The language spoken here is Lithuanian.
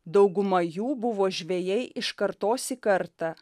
dauguma jų buvo žvejai iš kartos į kartą